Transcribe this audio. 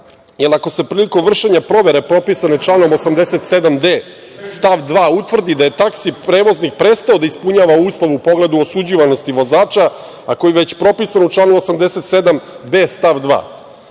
jer ako se prilikom vršenje provere propisane članom 87d stav 2. utvrdi da je taksi prevoznik prestao da ispunjava uslov u pogledu osuđivanosti vozača, a koji već propisan u članu 87d stav 2.